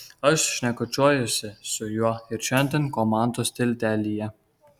aš šnekučiuojuosi su juo ir šiandien komandos tiltelyje